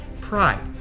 Pride